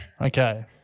Okay